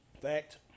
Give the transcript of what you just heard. Fact